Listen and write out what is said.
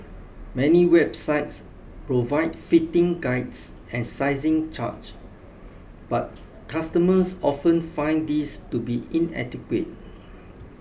many websites provide fitting guides and sizing chart but customers often find these to be inadequate